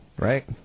right